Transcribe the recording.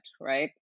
right